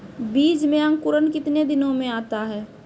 बीज मे अंकुरण कितने दिनों मे आता हैं?